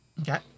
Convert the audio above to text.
Okay